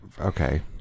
Okay